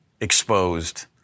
exposed